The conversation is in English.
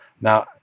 Now